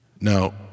Now